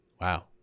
Wow